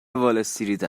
والاستریت